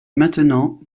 maintenant